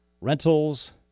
rentals